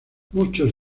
muchos